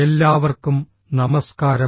എല്ലാവർക്കും നമസ്കാരം